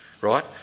Right